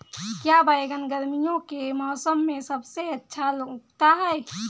क्या बैगन गर्मियों के मौसम में सबसे अच्छा उगता है?